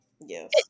Yes